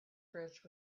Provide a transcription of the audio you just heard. bridge